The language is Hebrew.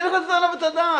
שצריך לתת עליו את הדעת.